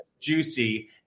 juicy